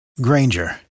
Granger